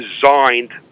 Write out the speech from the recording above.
designed